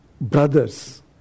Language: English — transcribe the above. brothers